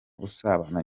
usabana